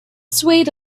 swayed